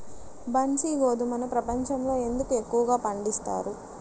బన్సీ గోధుమను ప్రపంచంలో ఎందుకు ఎక్కువగా పండిస్తారు?